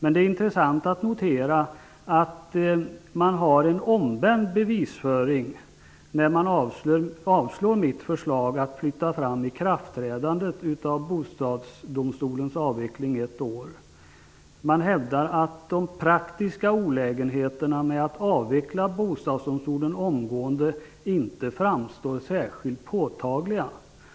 Det är intressant att notera att man har en omvänd bevisföring när man avslår mitt förslag om att flytta fram ikraftträdandet av Bostadsdomstolens avveckling ett år. Man hävdar att de praktiska olägenheterna med att avveckla Bostadsdomstolen omgående inte framstår som särskilt påtagliga.